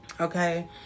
Okay